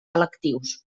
electius